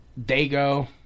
Dago